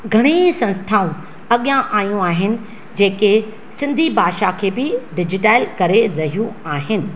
घणेई संस्थाऊं अॻियां आयूं आहिनि जेके सिंधी भाषा खे बि डिजिटाइल करे रहियूं आहिनि